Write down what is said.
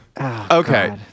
Okay